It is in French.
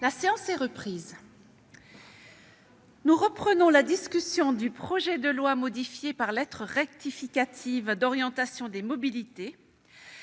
La séance est reprise. Nous poursuivons l'examen du projet de loi, modifié par lettre rectificative, d'orientation des mobilités.